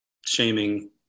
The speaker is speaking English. shaming